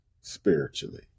spiritually